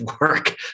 work